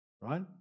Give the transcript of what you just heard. right